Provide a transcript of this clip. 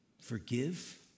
forgive